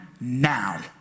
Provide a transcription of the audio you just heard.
now